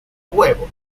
huevo